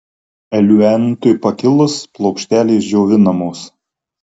eliuentui pakilus plokštelės džiovinamos